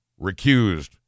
recused